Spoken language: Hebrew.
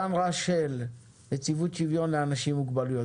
דן רשל מנציבות שוויון זכויות לאנשים עם מוגבלות,